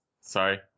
sorry